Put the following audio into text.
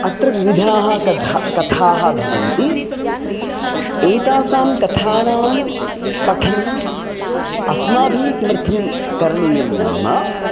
अत्र विविधाः कथाः कथाः भवन्ति एतासां कथानां पठनम् अस्माभिः किमर्थं करणीयं नाम